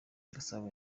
gasabo